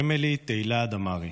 אמילי תהילה דמארי,